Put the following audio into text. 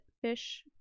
fish